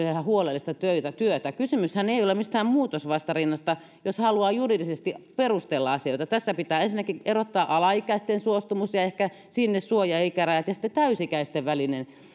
tehdä huolellista työtä kysymyshän ei ole mistään muutosvastarinnasta jos haluaa juridisesti perustella asioita tässä pitää ensinnäkin erottaa alaikäisten suostumus ja ehkä sinne suojaikärajat ja sitten täysi ikäisten